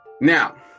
Now